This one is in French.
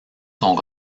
sont